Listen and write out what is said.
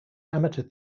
amateur